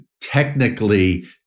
technically